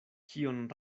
kion